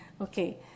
Okay